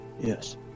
Yes